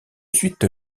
suite